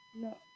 No